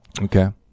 Okay